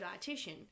dietitian